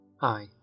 Hi